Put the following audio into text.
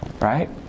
right